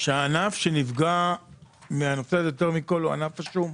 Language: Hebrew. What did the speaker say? שהענף שנפגע מהנושא הזה יותר מכל הוא ענף השום.